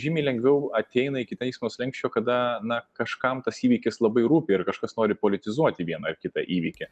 žymiai lengviau ateina iki teismo slenksčio kada na kažkam tas įvykis labai rūpi ir kažkas nori politizuoti vieną ar kitą įvykį